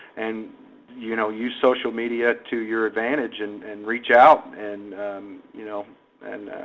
and you know use social media to your advantage, and and reach out, and you know and